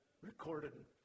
recorded